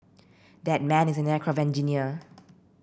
that man is an aircraft engineer